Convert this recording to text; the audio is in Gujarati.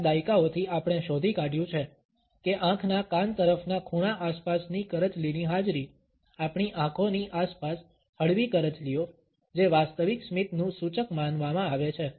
કેટલાક દાયકાઓથી આપણે શોધી કાઢ્યું છે કે આંખના કાન તરફના ખૂણા આસપાસની કરચલીની હાજરી આપણી આંખોની આસપાસ હળવી કરચલીઓ જે વાસ્તવિક સ્મિતનું સૂચક માનવામાં આવે છે